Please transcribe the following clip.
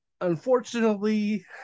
unfortunately